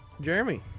Jeremy